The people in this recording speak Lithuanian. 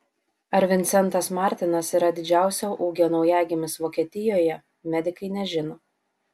ar vincentas martinas yra didžiausio ūgio naujagimis vokietijoje medikai nežino